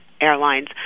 Airlines